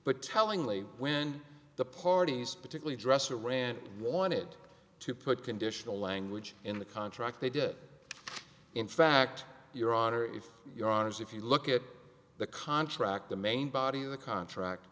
but tellingly when the parties particularly dress a rant wanted to put conditional language in the contract they did in fact your honor if your honors if you look at the contract the main body of the contract